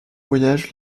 voyage